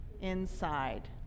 inside